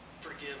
Forgive